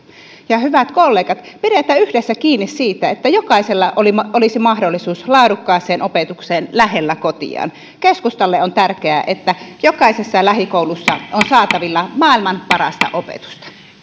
ja hyvät kollegat pidetään yhdessä kiinni siitä että jokaisella olisi mahdollisuus laadukkaaseen opetukseen lähellä kotiaan keskustalle on tärkeää että jokaisessa lähikoulussa on saatavilla maailman parasta opetusta